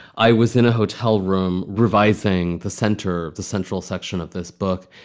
i was in a hotel room revising the center of the central section of this book,